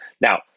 Now